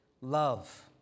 Love